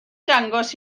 dangos